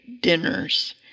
dinners